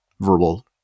verbal